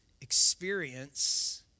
experience